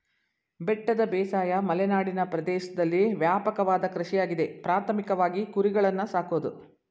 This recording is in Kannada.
ಬೆಟ್ಟದ ಬೇಸಾಯ ಮಲೆನಾಡಿನ ಪ್ರದೇಶ್ದಲ್ಲಿ ವ್ಯಾಪಕವಾದ ಕೃಷಿಯಾಗಿದೆ ಪ್ರಾಥಮಿಕವಾಗಿ ಕುರಿಗಳನ್ನು ಸಾಕೋದು